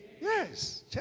Yes